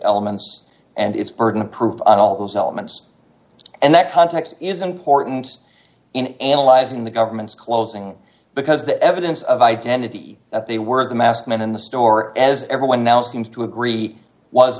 elements and its burden of proof and all those elements and that context is important in analyzing the government's closing because the evidence of identity that they were the masked men in the store as everyone now seems to agree was